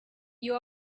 you